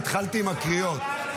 התחלתי עם הקריאות.